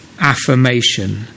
Affirmation